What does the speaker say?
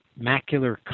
macular